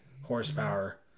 horsepower